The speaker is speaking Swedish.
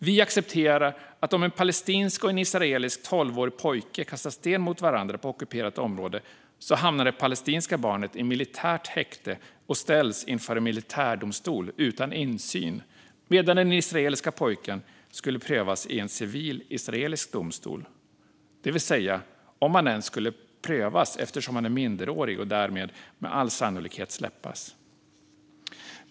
Vi accepterar att om två tolvåriga pojkar - en palestinsk och en israelisk - kastar sten mot varandra på ockuperat område hamnar det palestinska barnet i militärt häkte och ställs inför en militärdomstol utan insyn, medan den israeliske pojken skulle prövas i en civil israelisk domstol - om han ens skulle prövas eftersom han är minderårig och därför med all sannolikhet släpps.